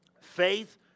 Faith